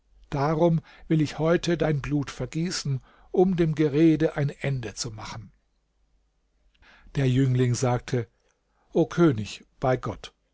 drum will ich heute dein blut vergießen um dem gerede ein ende zu machen der jüngling sagte o könig bei gott